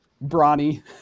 Brawny